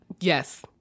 Yes